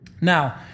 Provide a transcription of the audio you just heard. now